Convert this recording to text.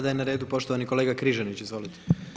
Sada je na redu poštovani kolega Križanić, izvolite.